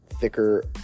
thicker